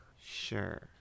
sure